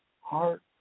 heart